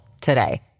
today